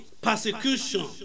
persecution